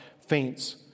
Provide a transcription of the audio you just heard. faints